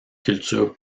culture